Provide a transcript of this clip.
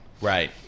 Right